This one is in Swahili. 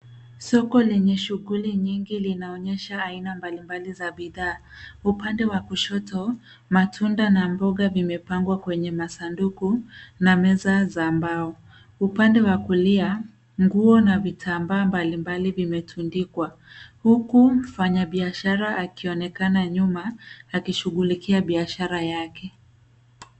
Soko lenye shughuli nyingi ,linaonyesha aina mbali mbali za bidhaa. Upande wa kushoto, matunda na mboga vimepangwa kwenye masanduku na meza za mbao. Upande wa kulia, nguo na vitambaa mbali mbali vimetundikwa, huku mfanya biashara akionekana nyuma, akishughulikia biashara yake.